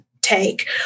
take